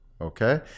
Okay